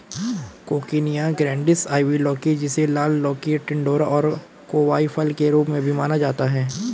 coccinia grandis, ivy लौकी, जिसे लाल लौकी, टिंडोरा और कोवाई फल के रूप में भी जाना जाता है